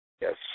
yes